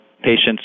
patients